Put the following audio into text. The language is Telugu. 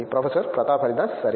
ప్రొఫెసర్ ప్రతాప్ హరిదాస్ సరే